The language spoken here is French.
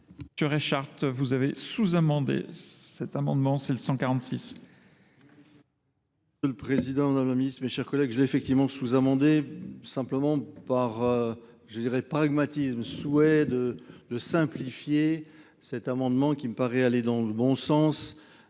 Monsieur Richard, vous avez sous-amendé cet amendement, c'est le 146. Monsieur le Président, Madame la Ministre, mes chers collègues, je l'ai effectivement sous-amendé simplement par, je dirais pragmatisme, souhait de simplifier cet amendement qui me paraît aller dans le bon sens.